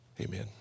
Amen